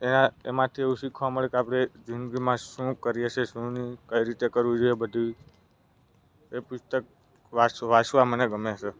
એ એમાંથી એવું શીખવા મળે કે આપણે જિંદગીમાં શું કરીએ છીએ શું નહીં કઈ રીતે કરવું જોઈએ બધુંય એ પુસ્તક વાંચવા મને ગમે છે